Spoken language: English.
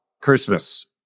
Christmas